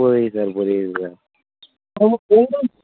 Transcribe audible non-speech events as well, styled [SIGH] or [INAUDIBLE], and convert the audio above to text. புரியுது சார் புரியுது சார் நமக்கு [UNINTELLIGIBLE]